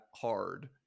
hard